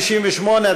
158,